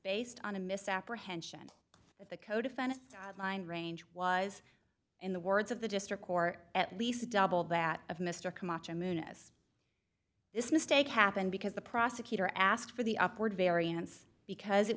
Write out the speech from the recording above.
based on a misapprehension that the codefendant mind range was in the words of the district court at least double that of mr camacho moon as this mistake happened because the prosecutor asked for the upward variance because it